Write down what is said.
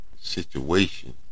situation